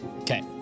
Okay